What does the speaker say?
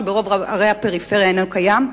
שברוב ערי הפריפריה אינו קיים?